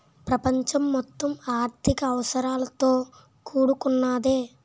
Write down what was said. ప్రపంచం మొత్తం ఆర్థిక అవసరాలతో కూడుకున్నదే